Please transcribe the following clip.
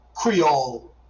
Creole